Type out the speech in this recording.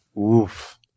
Oof